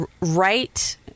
right